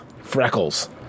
freckles